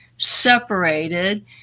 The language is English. separated